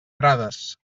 prades